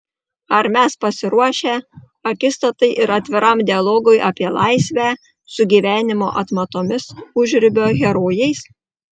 ar mes pasiruošę akistatai ir atviram dialogui apie laisvę su gyvenimo atmatomis užribio herojais